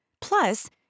Plus